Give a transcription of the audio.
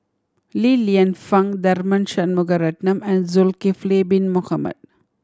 Li Lienfung Tharman Shanmugaratnam and Zulkifli Bin Mohamed